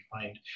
find